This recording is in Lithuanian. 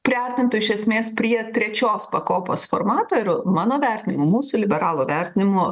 priartintų iš esmės prie trečios pakopos formato ir mano vertinimu mūsų liberalų vertinimu